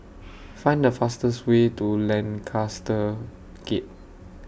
Find The fastest Way to Lancaster Gate